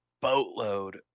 boatload